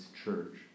church